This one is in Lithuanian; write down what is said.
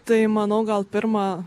tai manau gal pirma